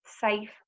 safe